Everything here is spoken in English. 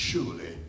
Surely